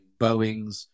Boeings